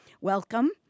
Welcome